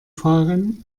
fahren